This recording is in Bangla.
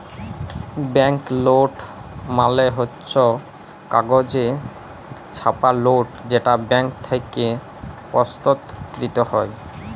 ব্যাঙ্ক লোট মালে হচ্ছ কাগজে ছাপা লোট যেটা ব্যাঙ্ক থেক্যে প্রস্তুতকৃত হ্যয়